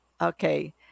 Okay